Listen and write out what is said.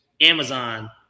Amazon